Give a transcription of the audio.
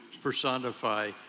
personify